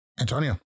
Antonio